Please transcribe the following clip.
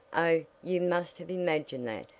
oh, you must have imagined that,